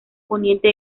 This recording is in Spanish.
poniente